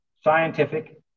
scientific